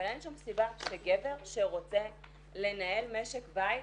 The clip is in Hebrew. אבל אין שום סיבה שגבר שרוצה לנהל משק בית,